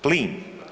Plin?